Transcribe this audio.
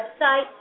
website